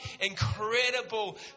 Incredible